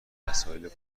وسایل